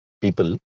People